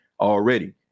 already